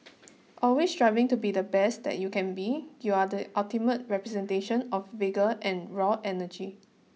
always striving to be the best that you can be you are the ultimate representation of vigour and raw energy